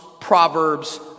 Proverbs